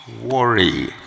worry